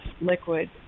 liquid